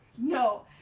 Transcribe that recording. No